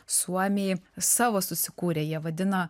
suomiai savo susikūrė jie vadina